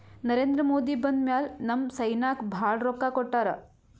ನರೇಂದ್ರ ಮೋದಿ ಬಂದ್ ಮ್ಯಾಲ ನಮ್ ಸೈನ್ಯಾಕ್ ಭಾಳ ರೊಕ್ಕಾ ಕೊಟ್ಟಾರ